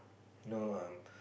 you know um